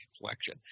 collection